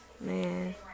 Man